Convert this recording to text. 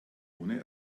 ohne